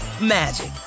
magic